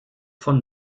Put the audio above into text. von